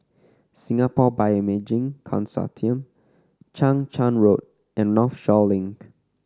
Singapore Bioimaging Consortium Chang Charn Road and Northshore Link